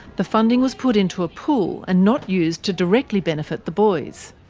the funding was put into a pool and not used to directly benefit the boys.